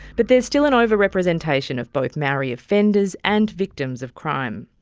but there is still an overrepresentation of both maori offenders and victims of crime.